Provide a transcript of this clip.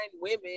women